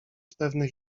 pewnych